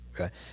Okay